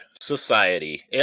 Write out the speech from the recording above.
Society